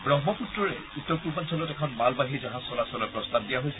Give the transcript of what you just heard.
ব্ৰহ্মপুত্ৰৰে উত্তৰপূৰ্বাঞ্চলত এখন মালবাহী জাহাজ চলাচলৰ প্ৰস্তাৱ দিয়া হৈছে